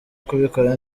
kubikora